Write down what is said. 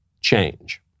change